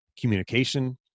communication